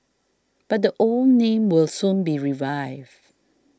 but the old name will soon be revived